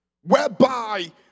Whereby